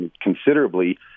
considerably